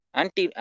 anti